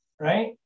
right